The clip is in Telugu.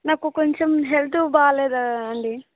నాకు కొంచెం హెల్త్ బాలేదు అండి